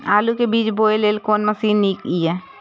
आलु के बीज बोय लेल कोन मशीन नीक ईय?